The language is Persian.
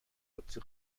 قدسی